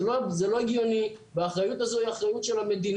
זה לא הגיוני והאחריות הזאת היא אחריות של המדינה.